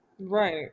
Right